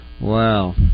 Wow